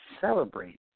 celebrate